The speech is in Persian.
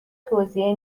توزیع